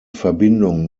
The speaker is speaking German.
verbindung